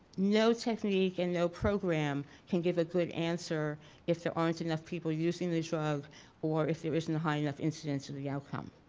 no technique and no program can give a good answer if there aren't enough people using the drug or if there isn't enough incidence of the outcome.